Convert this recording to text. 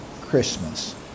Christmas